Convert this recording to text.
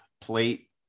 plate